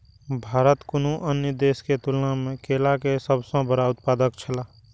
भारत कुनू अन्य देश के तुलना में केला के सब सॉ बड़ा उत्पादक छला